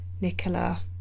nicola